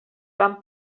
van